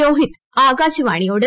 രോഹിത് ആകാശവാണിയോട്